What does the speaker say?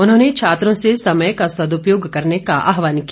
उन्होंने छात्रों से समय का सदुपयोग करने का आह्वान किया